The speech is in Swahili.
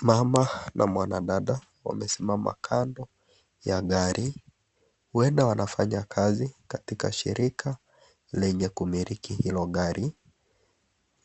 Mama na mwanadada, wamesimama kando ya gari. Huenda wanafanya kazi katika shirika lenye kumiliki hilo gari.